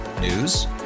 News